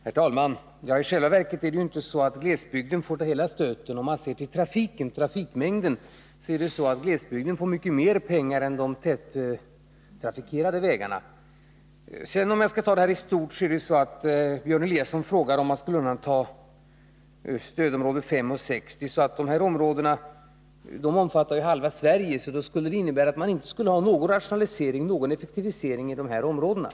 Herr talman! I själva verket är det inte så att glesbygden får ta hela stöten. Om man ser till trafikmängden, finner man att glesbygden får mycket mer pengar än de områden som har vägar med tät trafik. Björn Eliasson frågar om man skall undanta stödområdena 5 och 6. Dessa områden omfattar ju halva Sverige, och det skulle innebära att man inte skulle ha någon rationalisering och effektivisering i de områdena.